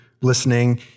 listening